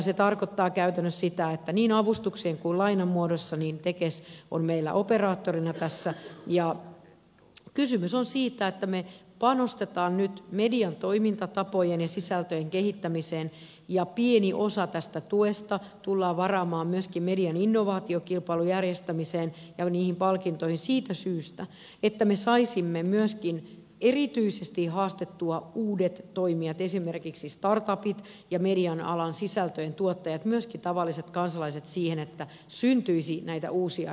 se tarkoittaa käytännössä sitä että niin avustuksien kuin lainan muodossa tekes on meillä operaattorina tässä ja kysymys on siitä että me panostamme nyt median toimintatapojen ja sisältöjen kehittämiseen ja pieni osa tästä tuesta tullaan varaamaan myöskin median innovaatiokilpailun järjestämiseen ja niihin palkintoihin siitä syystä että me saisimme myöskin erityisesti haastettua uudet toimijat esimerkiksi startupit ja media alan sisältöjen tuottajat myöskin tavalliset kansalaiset siihen että syntyisi näitä uusia innovaatioita